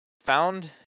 found